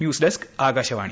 news desk Akashvani